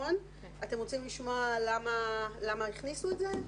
אתם רוצים לשמוע למה הכניסו את זה?